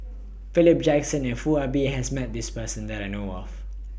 Philip Jackson and Foo Ah Bee has Met This Person that I know of